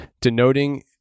denoting